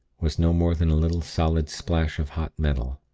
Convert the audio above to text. was no more than a little solid splash of hot metal.